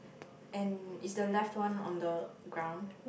and is the left one on the ground